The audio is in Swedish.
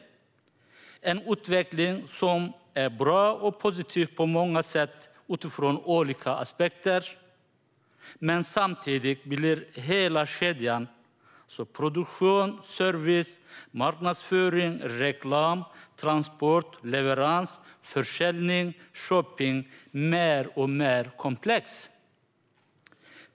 Det är en utveckling som är bra och positiv på många sätt utifrån olika aspekter, men samtidigt blir hela kedjan - produktion och service, marknadsföring och reklam, transport och leverans, försäljning och shopping - mer och mer komplex.